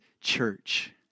church